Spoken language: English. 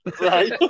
Right